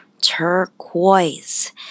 turquoise